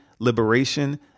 liberation